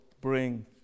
bring